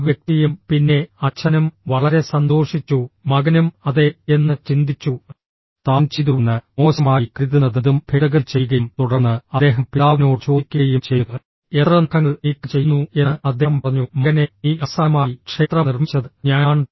ആ വ്യക്തിയും പിന്നെ അച്ഛനും വളരെ സന്തോഷിച്ചു മകനും അതെ എന്ന് ചിന്തിച്ചു താൻ ചെയ്തുവെന്ന് മോശമായി കരുതുന്നതെന്തും ഭേദഗതി ചെയ്യുകയും തുടർന്ന് അദ്ദേഹം പിതാവിനോട് ചോദിക്കുകയും ചെയ്തു എത്ര നഖങ്ങൾ നീക്കംചെയ്യുന്നു എന്ന് അദ്ദേഹം പറഞ്ഞു മകനേ നീ അവസാനമായി ക്ഷേത്രം നിർമ്മിച്ചത് ഞാനാണ്